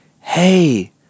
hey